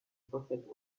perfect